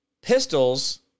pistols